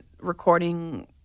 recording